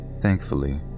Thankfully